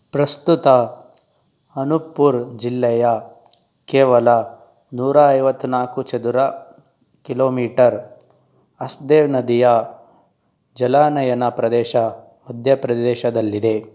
ಪ್ರಸ್ತುತ ಅನುಪ್ಪುರ್ ಜಿಲ್ಲೆಯ ಕೇವಲ ನೂರ ಐವತ್ತನಾಲ್ಕು ಚದರ ಕಿಲೋಮೀಟರ್ ಹಸ್ದೇವ್ ನದಿಯ ಜಲಾನಯನ ಪ್ರದೇಶ ಮಧ್ಯ ಪ್ರದೇಶದಲ್ಲಿದೆ